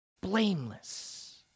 blameless